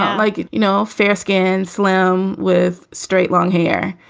like, you know, fair-skinned slim with straight long hair.